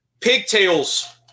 pigtails